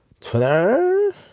Twitter